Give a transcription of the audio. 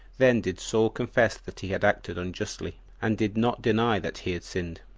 then did saul confess that he had acted unjustly, and did not deny that he had sinned,